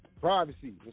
Privacy